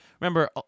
remember